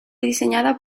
diseñada